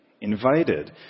invited